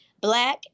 black